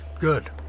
Good